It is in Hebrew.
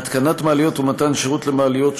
התקנת מעליות ומתן שירות למעליות,